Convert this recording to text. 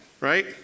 right